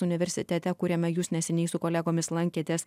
universitete kuriame jūs neseniai su kolegomis lankėtės